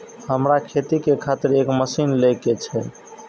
हमरा खेती के खातिर एक मशीन ले के छे?